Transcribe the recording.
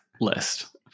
list